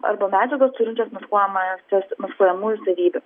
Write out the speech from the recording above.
arba medžiagas turinčios maskuojamąsias maskuojamųjų savybių